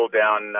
down